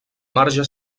marge